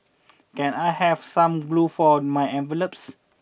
can I have some glue for my envelopes